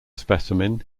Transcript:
specimen